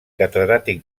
catedràtic